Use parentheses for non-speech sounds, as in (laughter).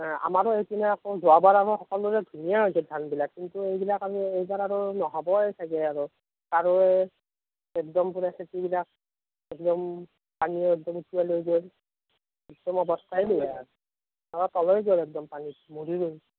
আমাৰো এইপিনে আকৌ যোৱাবাৰ আমাৰ সকলোৰে ধুনীয়া হৈছিল ধানবিলাক কিন্তু এইবাৰ আৰু নহ'বই চাগৈ আৰু (unintelligible) (unintelligible)